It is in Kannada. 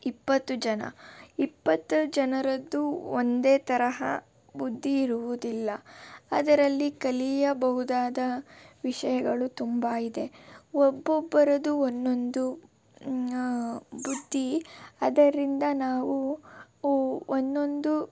ಇಪ್ಪತ್ತು ಜನ ಇಪ್ಪತ್ತು ಜನರದ್ದು ಒಂದೇ ತರಹ ಬುದ್ದಿ ಇರುವುದಿಲ್ಲ ಅದರಲ್ಲಿ ಕಲಿಯಬಹುದಾದ ವಿಷಯಗಳು ತುಂಬ ಇದೆ ಒಬ್ಬೊಬ್ಬರದ್ದು ಒಂದೊಂದು ಬುದ್ದಿ ಅದರಿಂದ ನಾವು ಒಂದೊಂದು